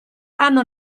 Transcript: hanno